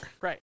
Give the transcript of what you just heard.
Right